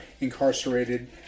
incarcerated